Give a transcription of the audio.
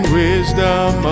wisdom